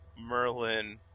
Merlin